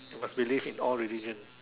must believe in all religion